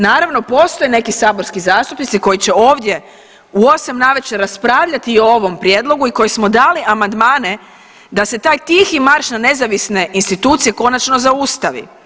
Naravno postoje neki saborski zastupnici koji će ovdje u 8 navečer raspravljati i o ovom prijedlogu i koji smo dali amandmane da se taj tihi marš na nezavisne institucije konačno zaustavi.